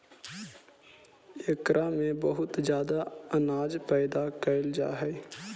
एकरा में बहुत ज्यादा अन्न पैदा कैल जा हइ